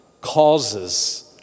causes